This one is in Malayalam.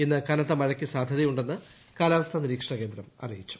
ഇന്ന് കനത്ത മഴയ്ക്ക് സാധ്യതയുണ്ടെന്ന് ക്യാലാവസ്ഥാ നിരീക്ഷണ കേന്ദ്രം അറിയിച്ചു